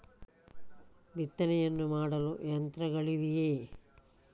ಬಿತ್ತನೆಯನ್ನು ಮಾಡಲು ಯಂತ್ರಗಳಿವೆಯೇ?